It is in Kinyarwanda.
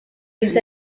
isi